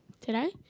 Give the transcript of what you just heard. today